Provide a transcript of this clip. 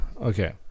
Okay